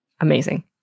amazing